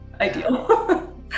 ideal